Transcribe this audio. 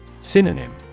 Synonym